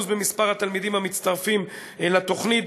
במספר התלמידים המצטרפים לתוכנית,